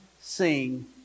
sing